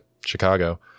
Chicago